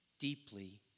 deeply